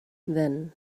then